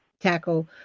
tackle